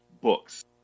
books